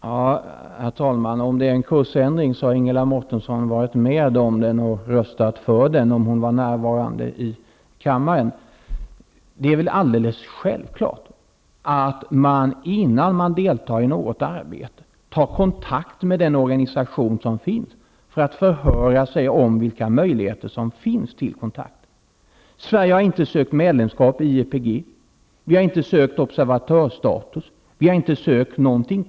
Herr talman! Om det är en kursändring har Ingela Mårtensson varit med och röstat för den om hon var närvarande i kammaren vid det aktuella tillfället. Det är väl alldeles självklart att man, innan man deltar i något arbete, tar " kontakt med den organisation som finns för att förhöra sig om vilka möjlig heter till kontakter som finns. Sverige har inte sökt medlemskap i IEPG. Vi har inte sökt observatörsstatus. Vi har inte sökt någonting.